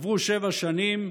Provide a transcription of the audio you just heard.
עברו שבע שנים,